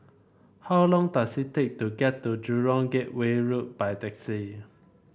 how long does it take to get to Jurong Gateway Road by taxi